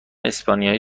اسپانیایی